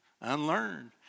Unlearned